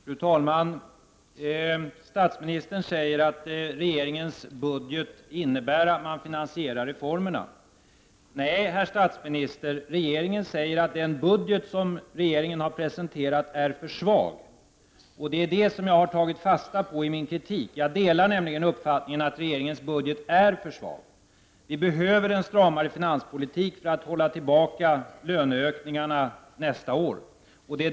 Fru talman! Statsministern säger att regeringens budget innebär att man finansierar reformer. Nej, herr statsminister, regeringen säger att den budget som regeringen har presenterat är för svag. Detta har jag tagit fasta på i min kritik. Jag delar nämligen uppfattningen att regeringens budget är för svag. Vi behöver en stramare finanspolitik för att hålla tillbaka löneökningarna nästa år.